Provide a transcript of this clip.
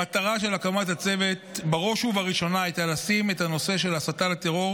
המטרה של הקמת הצוות הייתה בראש ובראשונה לשים את הנושא של הסתה לטרור